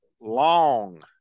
long